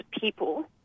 people